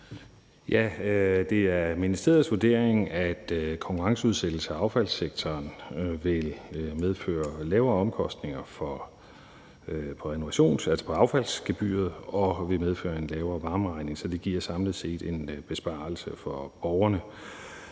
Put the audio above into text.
Det er ministeriets vurdering, at konkurrenceudsættelse af affaldssektoren vil medføre lavere omkostninger på affaldsgebyret og vil medføre en lavere varmeregning. Så det giver samlet set en besparelse for borgerne.